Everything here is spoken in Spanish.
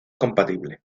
compatible